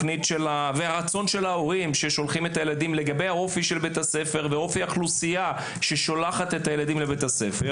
את אופי בית הספר ואת אופי האוכלוסייה ששולחת את הילדים לבית הספר